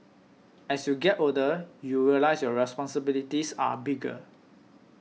as you get older you realise your responsibilities are bigger